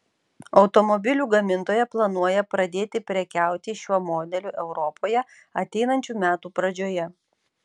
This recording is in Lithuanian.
automobilių gamintoja planuoja pradėti prekiauti šiuo modeliu europoje ateinančių metų pradžioje